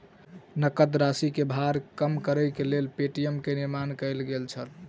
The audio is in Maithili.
नकद राशि के भार कम करैक लेल पे.टी.एम के निर्माण कयल गेल छल